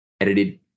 edited